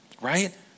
Right